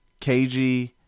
KG